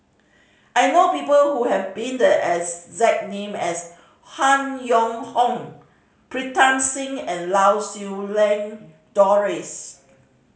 I know people who have been the exact name as Han Yong Hong Pritam Singh and Lau Siew Lang Doris